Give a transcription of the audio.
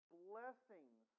blessings